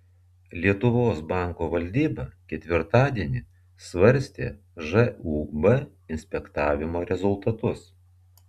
lietuvos banko valdyba ketvirtadienį svarstė žūb inspektavimo rezultatus